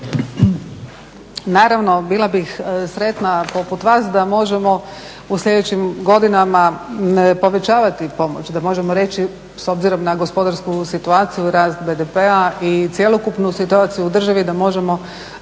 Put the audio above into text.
Naravno bila bih sretna poput vas da možemo u sljedećim godinama povećavati pomoć, da možemo reći s obzirom na gospodarsku situaciju, rast BDP-a i cjelokupnu situaciju u državi da možemo